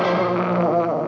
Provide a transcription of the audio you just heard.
no